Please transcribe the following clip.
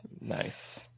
Nice